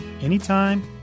anytime